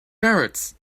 parrots